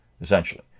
essentially